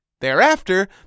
Thereafter